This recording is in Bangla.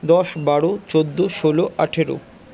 দশ বারো চোদ্দো ষোলো আঠেরো